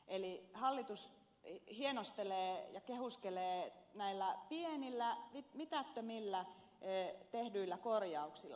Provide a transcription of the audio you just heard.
eli hallitus hienostelee ja kehuskelee näillä pienillä mitättömillä tehdyillä korjauksilla